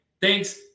Thanks